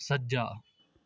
ਸੱਜਾ